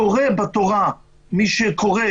קורא בתורה מי שקורא,